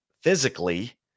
physically